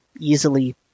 easily